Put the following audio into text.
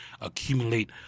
accumulate